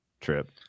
trip